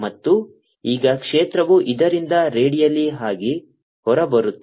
ಮತ್ತು ಈಗ ಕ್ಷೇತ್ರವು ಇದರಿಂದ ರೇಡಿಯಲ್ ಆಗಿ ಹೊರಬರುತ್ತದೆ